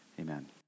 Amen